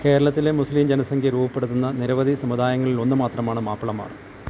കേരളത്തിലെ മുസ്ലിം ജനസംഖ്യ രൂപപ്പെടുത്തുന്ന നിരവധി സമുദായങ്ങളിൽ ഒന്നു മാത്രമാണ് മാപ്പിളമാർ